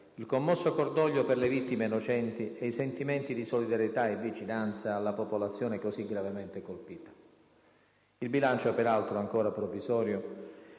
il commosso cordoglio per le vittime innocenti e i sentimenti di solidarietà e vicinanza alla popolazione così gravemente colpita. Il bilancio, peraltro ancora provvisorio,